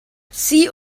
sie